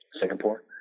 Singapore